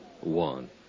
One